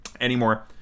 anymore